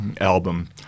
album